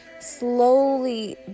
slowly